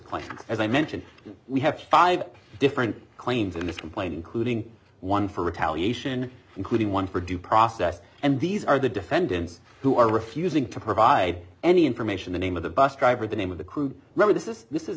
closely as i mentioned we have five different claims in this complaint including one for retaliation including one for due process and these are the defendants who are refusing to provide any information the name of the bus driver the name of the crew member this is this is